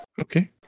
Okay